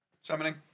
Summoning